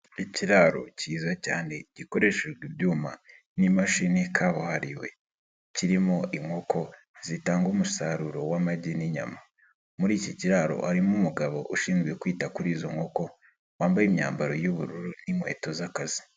Ikiraro kiza cyane gikoreshejwe ibyuma n'imashini kabuhariwe. Kirimo inkoko zitanga umusaruro w'amagi n'inyama. Muri iki kiraro harimo umugabo ushinzwe kwita kuri izo nkoko, wambaye imyambaro y'ubururu n'inkweto z'akazi.